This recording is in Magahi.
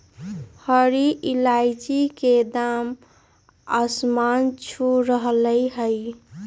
हरी इलायची के दाम आसमान छू रहलय हई